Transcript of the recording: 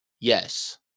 Yes